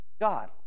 God